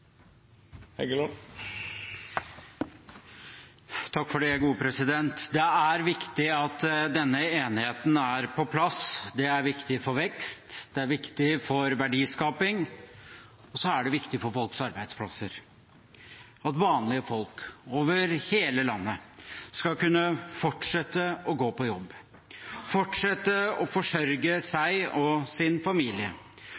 er viktig for vekst, det er viktig for verdiskaping, og det er viktig for folks arbeidsplasser – at vanlige folk, over hele landet, skal kunne fortsette å gå på jobb, fortsette å forsørge